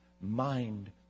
mind